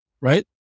Right